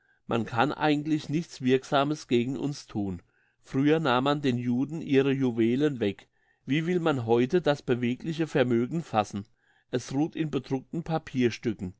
man kann eigentlich nichts wirksames gegen uns thun früher nahm man den juden ihre juwelen weg wie will man heute das bewegliche vermögen fassen es ruht in bedruckten